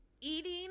Eating